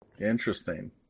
Interesting